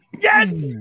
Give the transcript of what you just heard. Yes